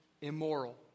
immoral